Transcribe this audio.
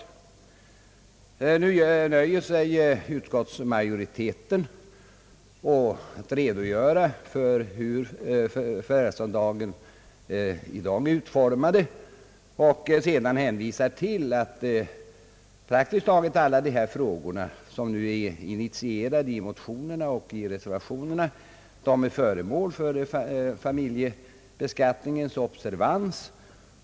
Utskottsmajoriteten nöjer sig med att redogöra för hur förvärvsavdraget är utformat och hänvisar sedan till att praktiskt taget alla de frågor som innefattas i motionerna och reservationerna är föremål för familjeskatteberedningens observans.